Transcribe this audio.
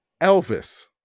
Elvis